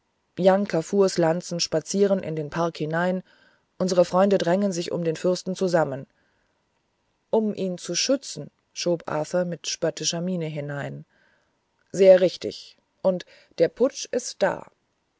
jang kafurs lanzen spazieren in den park hinein unsere freunde drängen sich um den fürsten zusammen um ihn zu schützen schob arthur mit spöttischer miene hinein sehr richtig und der putsch ist da